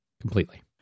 Completely